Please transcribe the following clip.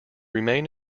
remain